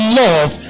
love